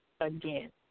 again